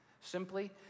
Simply